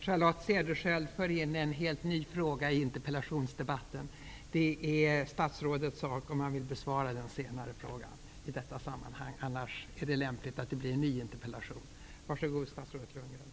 Charlotte Cederschiöld för in en helt ny fråga i interpellationsdebatten. Det är statsrådets sak om han vill besvara den senare frågan i detta sammanhang. Annars är det lämpligt att det ställs en ny interpellation. Varsågod, statsrådet